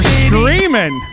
screaming